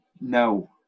No